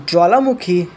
ज्वालामुखी